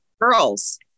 girls